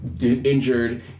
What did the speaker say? injured